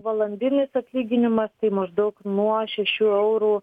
valandinis atlyginimas tai maždaug nuo šešių eurų